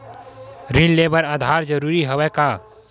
ऋण ले बर आधार जरूरी हवय का?